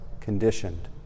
conditioned